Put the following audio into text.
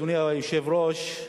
אדוני היושב-ראש,